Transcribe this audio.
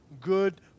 good